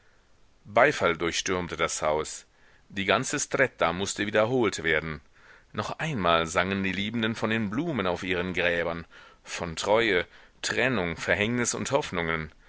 beifall durchstürmte das haus die ganze stretta mußte wiederholt werden noch einmal sangen die liebenden von den blumen auf ihren gräbern von treue trennung verhängnis und hoffnungen